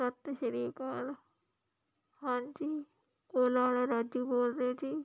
ਸੱਤ ਸ਼੍ਰੀ ਅਕਾਲ ਹਾਂਜੀ ਕੋਲ ਵਾਲ਼ਾ ਰਾਜੂ ਬੋਲਦੇ ਜੀ